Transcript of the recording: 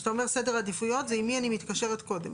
כשאתה אומר סדר עדיפויות זה עם מי אני מתקשרת קודם,